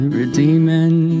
redeeming